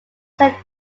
saint